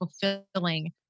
fulfilling